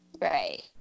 Right